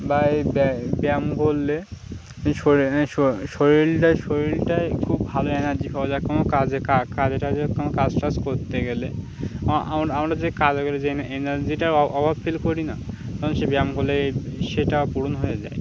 বা এই ব্যায়াম করলে শরীরটা শরীরটায় খুব ভালো এনার্জি পাওয়া যায় কোনো কাজে কাজেটাজে যে কোনো কাজ টাজ করতে গেলে আমরা যে কাজগুলো যে এনার্জিটা অভাব ফিল করি না তখন সে ব্যায়াম হলে সেটা পূরণ হয়ে যায়